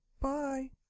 Bye